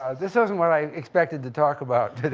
this wasn't what i expected to talk about today.